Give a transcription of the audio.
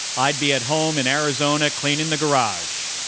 i'd be at home in arizona cleaning the garage